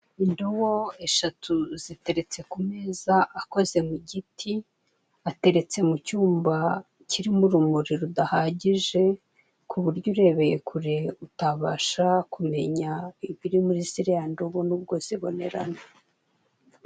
Indobo eshatu ziteretse ku meza akoze mu giti ateretse mu cyumba kirimo urumuri rudahagije ku buryo urebeye kure utabasha kumenya ibiri muri ziriya ndobo n'ubwo zibonerana.